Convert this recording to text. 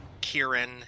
kieran